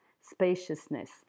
spaciousness